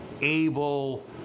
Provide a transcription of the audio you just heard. able